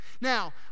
Now